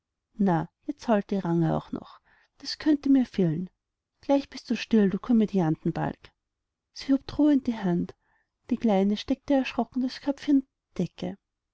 na jetzt heult die range auch noch das könnte mir fehlen gleich bist du still du komödiantenbalg sie hob drohend die hand die kleine steckte erschrocken das köpfchen unter die decke